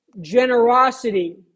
generosity